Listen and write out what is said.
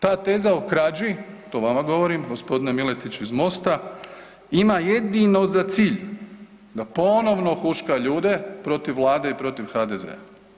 Ta teza o krađi, to vama govorim g. Miletić iz MOST-a, ima jedino za cilj da ponovno huška ljude protiv vlade i protiv HDZ-a.